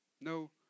no